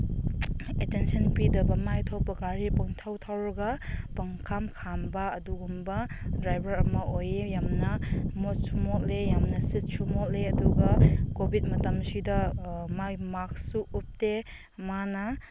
attention ꯄꯤꯗꯕ ꯃꯥꯏ ꯊꯣꯛꯄ ꯒꯥꯔꯤ ꯄꯪꯊꯧ ꯊꯧꯔꯒ ꯄꯪꯈꯥꯝ ꯈꯥꯝꯕ ꯑꯗꯨꯒꯨꯝꯕ ꯗ꯭ꯔꯥꯏꯕꯔ ꯑꯃ ꯑꯣꯏꯌꯦ ꯌꯥꯝꯅ ꯃꯣꯠꯁꯨ ꯃꯣꯠꯂꯦ ꯌꯥꯝꯅ ꯁꯤꯠꯁꯨ ꯃꯣꯠꯂꯦ ꯑꯗꯨꯒ ꯀꯣꯚꯤꯗ ꯃꯇꯝꯁꯤꯗ ꯃꯥꯏ ꯃꯥꯛꯁꯁꯨ ꯎꯞꯇꯦ ꯃꯥꯅ